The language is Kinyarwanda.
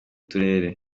turere